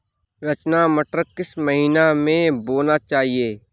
रचना मटर किस महीना में बोना चाहिए?